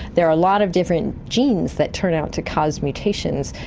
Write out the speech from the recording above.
there are a lot of different genes that turn out to cause mutations,